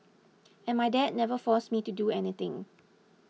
and my dad never forced me to do anything